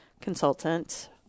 consultant